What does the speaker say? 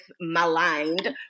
maligned